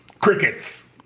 Crickets